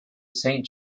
saint